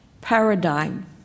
paradigm